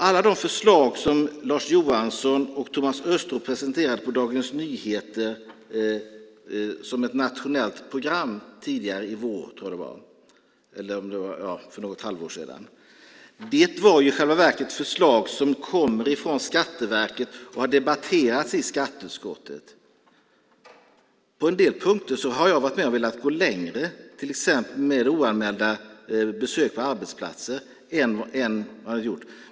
Alla de förslag som Lars Johansson och Thomas Östros presenterade i Dagens Nyheter som ett nationellt program tidigare i vår, för något halvår sedan, var i själva verket förslag som kommer från Skatteverket och har debatterats i skatteutskottet. På en del punkter har jag varit med och velat gå längre, till exempel med oanmälda besök på arbetsplatser, än dessa förslag.